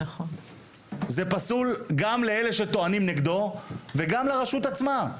זה פסול גם לאלה שטוענים נגדו וגם לרשות עצמה,